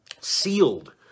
sealed